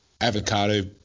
avocado